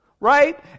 right